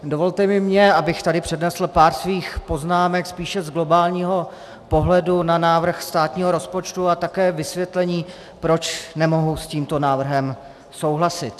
Dovolte i mně, abych tady přednesl pár svých poznámek spíše z globálního pohledu na návrh státního rozpočtu a také vysvětlení, proč nemohu s tímto návrhem souhlasit.